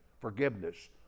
forgiveness